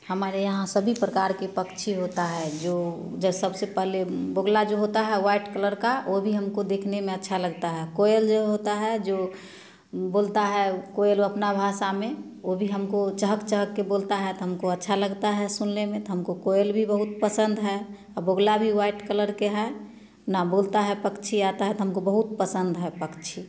हमारे यहाँ सभी प्रकार के पक्षी होता है जो सबसे पहले बोगला जो जे होता है कलर का वो भी हमको देखने में अच्छा लगता है कोयल जो होता है जो बोलता है कोयल अपना भाषा में वो भी हमको चहक चहक के बोलता है तो हम को अच्छा लगता है सुनने में तो हमको कोयल भी बहुत पसंद है और बोगला भी वाइट कलर के हैं ना बोलता है पक्षी आता है तो हमको बहुत पसंद है पक्षी